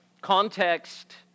Context